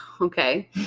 Okay